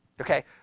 Okay